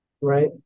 right